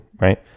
right